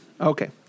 Okay